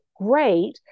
great